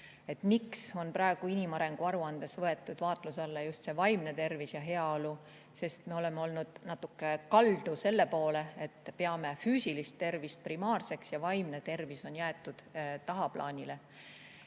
Miks on praegu inimarengu aruandes võetud vaatluse alla just vaimne tervis ja heaolu? Sest me oleme olnud natuke kaldu selle poole, et peame füüsilist tervist primaarseks ja vaimne tervis on jäetud tahaplaanile.